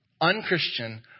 unchristian